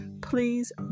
please